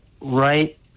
right